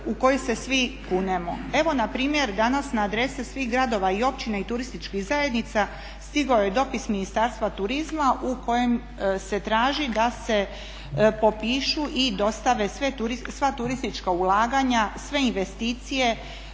u koje se svi kunemo. Evo npr. danas na adrese svih gradova i općina i turističkih zajednica stigao je dopis Ministarstva turizma u kojem se traži da se popišu i dostave sva turistička ulaganja, sve investicije,